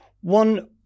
one